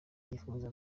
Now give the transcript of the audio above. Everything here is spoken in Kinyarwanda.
yipfuza